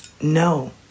No